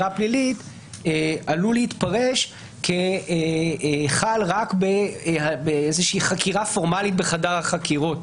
פלילית עלולה להתפרש כחלה רק באיזושהי חקירה פורמלית בחדר החקירות.